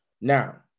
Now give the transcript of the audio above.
Now